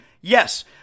Yes